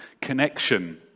connection